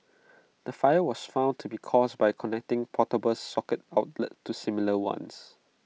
the fire was found to be caused by connecting portable socket outlets to similar ones